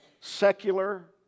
secular